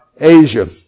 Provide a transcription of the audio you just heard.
Asia